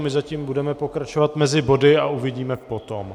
My zatím budeme pokračovat mezi body a uvidíme potom.